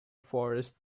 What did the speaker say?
forests